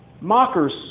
Mockers